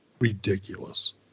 ridiculous